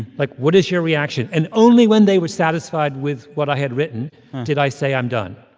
like, what is your reaction? and only when they were satisfied with what i had written did i say, i'm done,